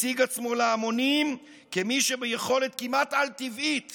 מציג עצמו להמונים כמי שביכולת כמעט על-טבעית